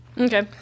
okay